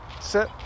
Sit